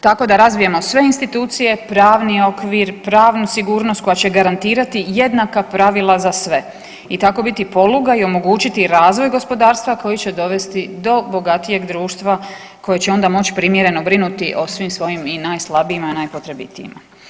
Tako da razvijemo sve institucije, pravni okvir, pravnu sigurnost koja će garantirati jednaka pravila za sve i tako biti poluga i omogućiti razvoj gospodarstva koji će dovesti do bogatijeg društva koje će onda moći primjerno brinuti o svim svojim i najslabijima i najpotrebitijima.